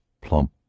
plump